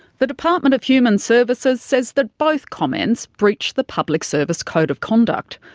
the department of human services says that both comments breach the public service code of conduct,